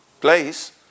place